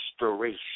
restoration